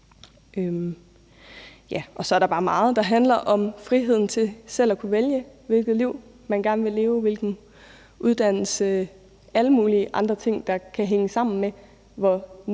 også bare meget om friheden til selv at kunne vælge, hvilket liv man gerne vil leve, hvilken uddannelse man vil have og alle mulige andre ting, der kan hænge sammen med, hvor nemt